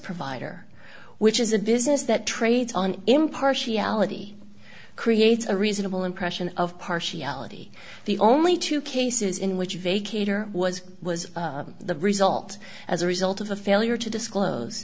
provider which is a business that trades on impartiality creates a reasonable impression of partiality the only two cases in which vacate or was was the result as a result of the failure to disclose